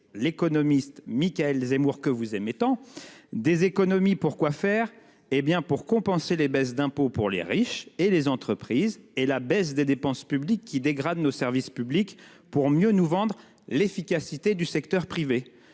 l'économiste Michaël Zemmour que vous aimez tant, afin de compenser les baisses d'impôts pour les riches et les entreprises et la baisse des dépenses publiques, qui dégradent nos services publics, pour mieux nous vendre l'efficacité du secteur privé.